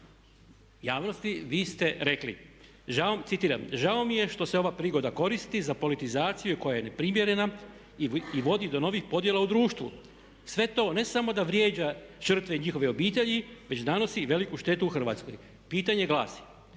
javnosti vi ste rekli, citiram: „Žao mi je što se ova prigoda koristi za politizaciju koja je neprimjerena i vodi do novih podjela u društvu. Sve to ne samo da vrijeđa žrtve i njihove obitelji već nanosi i veliku štetu Hrvatskoj“. Pitanje glasi,